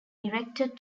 erected